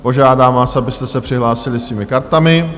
Požádám vás, abyste se přihlásili svými kartami.